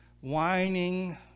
whining